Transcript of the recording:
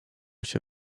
się